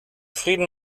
frieden